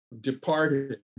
departed